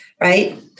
Right